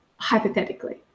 Hypothetically